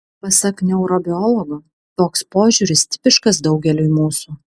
pasak neurobiologo toks požiūris tipiškas daugeliui mūsų